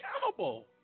accountable